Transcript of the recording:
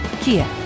Kia